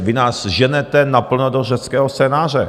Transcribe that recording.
Vy nás ženete naplno do řeckého scénáře!